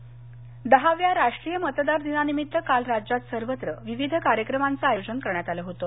मतदारदिन दहाव्या राष्ट्रीय मतदार दिनानिमित्त काल राज्यात सर्वत्र विविध कार्यक्रमांचं आयोजन करण्यात आलं होतं